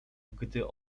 gdy